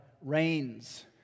reigns